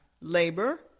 labor